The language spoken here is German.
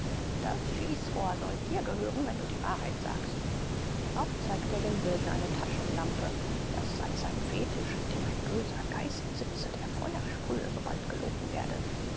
das schießrohr soll dir gehören wenn du die wahrheit sagst auch zeigte er dem wilden eine taschenlampe das sei sein fetisch in dem ein böser geist sitze der feuer sprühe sobald gelogen werde